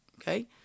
okay